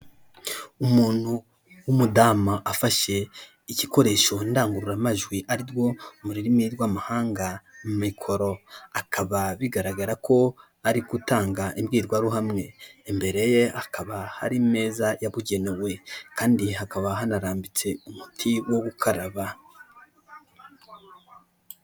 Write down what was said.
Umuntu w'umudamu afashe igikoresho ndangururamajwi ari rwo mu rurimi rw'amahanga mikoro, akaba bigaragara ko ari gutanga imbwirwaruhame, imbere ye hakaba hari ameza yabugenewe, kandi hakaba hanarambitse umuti wo gukaraba.